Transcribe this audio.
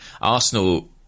Arsenal